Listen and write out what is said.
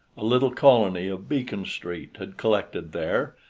a little colony of beacon street had collected there,